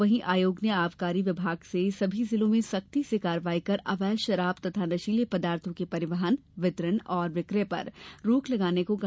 वहीं आयोग ने आबकारी विभाग से सभी जिलों में सख्ती से कार्यवाही कर अवैध शराब तथा नशीले पदार्थो के परिवहन वितरण और विक्रय पर रोक लगाने को कहा